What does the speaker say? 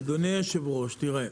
אדוני יושב הראש, תראה.